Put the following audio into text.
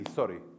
sorry